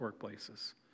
workplaces